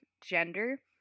gender